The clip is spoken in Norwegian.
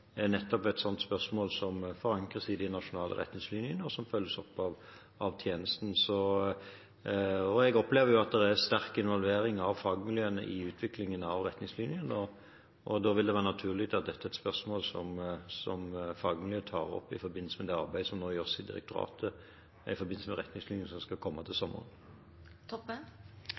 er nettopp et slikt spørsmål som forankres i de nasjonale retningslinjene, og som følges opp av tjenesten. Jeg opplever at det er sterk involvering av fagmiljøene i utviklingen av retningslinjene. Da vil det være naturlig at dette er et spørsmål som fagmiljøene tar opp i forbindelse med det arbeidet som nå gjøres i direktoratet, i forbindelse med retningslinjene som skal komme til